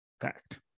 Fact